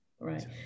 Right